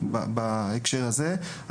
בהקשר הזה.